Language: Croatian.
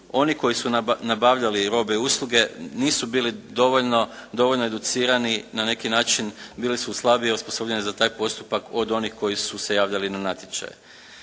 oni koji su nabavljali robe i usluge nisu bili dovoljno educirani na neki način. Bili su slabije osposobljeni za taj postupak od onih koji su se javljali na natječaj.